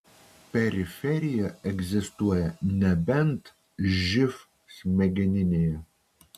periferija egzistuoja nebent živ smegeninėje